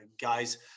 guys